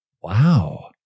Wow